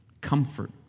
Comfort